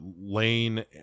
Lane